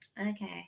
Okay